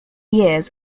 years